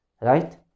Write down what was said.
Right